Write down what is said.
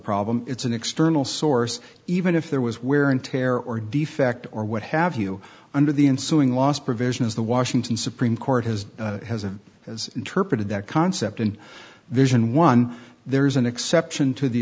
problem it's an external source even if there was wear and tear or defect or what have you under the ensuing loss provision is the washington supreme court has has a as interpreted that concept and vision one there's an exception to the